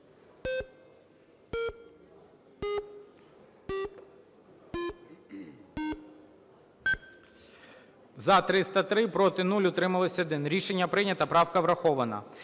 За-302 Проти – 0, утримались – 2. Рішення прийнято. Правка врахована.